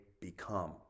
become